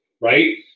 right